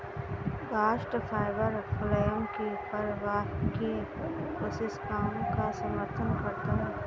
bast fibre phloem की प्रवाहकीय कोशिकाओं का समर्थन करता है